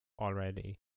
already